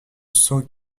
cent